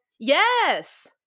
Yes